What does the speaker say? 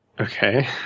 Okay